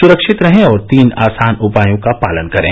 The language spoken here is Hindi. सुरक्षित रहें और तीन आसान उपायों का पालन करें